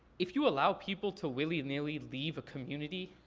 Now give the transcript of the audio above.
if you allow people to willy nilly leave a community,